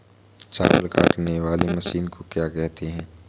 चावल काटने वाली मशीन को क्या कहते हैं?